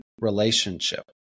relationship